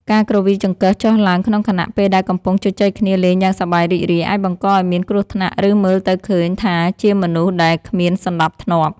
ការគ្រវីចង្កឹះចុះឡើងក្នុងខណៈពេលដែលកំពុងជជែកគ្នាលេងយ៉ាងសប្បាយរីករាយអាចបង្កឱ្យមានគ្រោះថ្នាក់ឬមើលទៅឃើញថាជាមនុស្សដែលគ្មានសណ្តាប់ធ្នាប់។